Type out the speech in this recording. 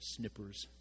snippers